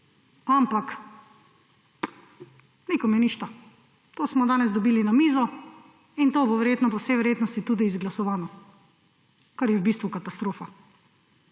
Ampak nikome ništa. To smo danes dobili na mizo, in to bo po vsej verjetnosti tudi izglasovano. Kar je v bistvu katastrofa.